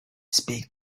speak